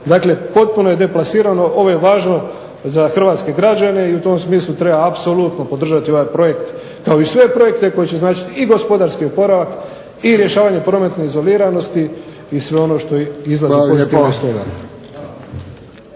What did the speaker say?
Dakle potpuno je deplasirano, ovo je važno za hrvatske građane. I u tom smislu treba apsolutno podržati ovaj projekt kao i sve projekte koji će značiti i gospodarski oporavak i rješavanje prometne izoliranosti i sve ono što izlazi pozitivno iz